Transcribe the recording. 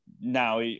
now